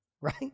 right